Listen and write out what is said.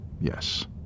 Yes